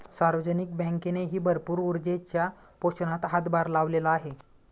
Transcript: सार्वजनिक बँकेनेही भरपूर ऊर्जेच्या पोषणात हातभार लावलेला आहे